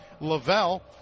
Lavelle